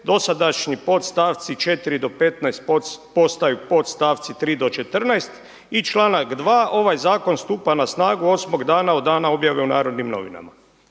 dosadašnji podstavci 4. do 15. postaju podstavci 3. do 14. i članak 2. ovaj zakon stupa na snagu osmog dana od dana objave u NN. Gotovo